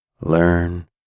learn